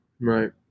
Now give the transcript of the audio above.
Right